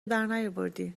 درنیاوردی